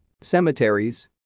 cemeteries